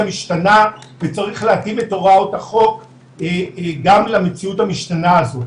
משתנה וצריך להקים את הוראות החוק גם למציאות המשתנה הזאת.